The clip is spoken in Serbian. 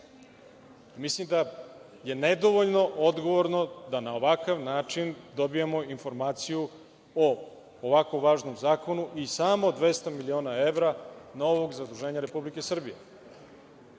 deci. Mislim da je nedovoljno odgovorno da na ovakav način dobijamo informaciju o ovako važnom zakonu i samo 200 miliona evra novog zaduženja Republike Srbije.